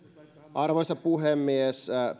arvoisa puhemies